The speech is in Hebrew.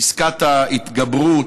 פסקת ההתגברות,